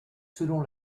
selon